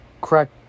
correct